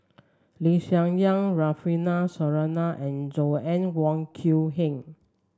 Lee Hsien Yang Rufino Soliano and Joanna Wong Quee Heng